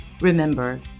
Remember